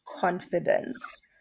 confidence